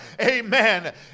amen